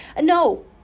No